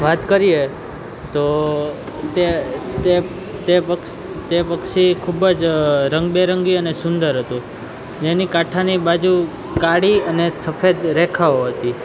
વાત કરીએ તો તે તે તે પક્ષી ખૂબ જ રંગ બેરંગી અને સુંદર હતું જેની કાંઠાની બાજુ કાળી અને સફેદ રેખાઓ હતી